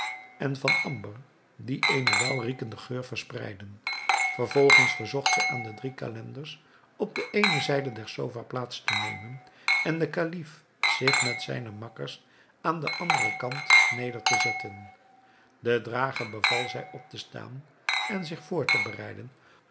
en van amber die eenen welriekenden geur verspreidden vervolgens verzocht zij aan de drie calenders op de eene zijde der sofa plaats te nemen en den kalif zich met zijne makkers aan den anderen kant neder te zetten den drager beval zij op te staan en zich voor te bereiden